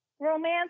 romance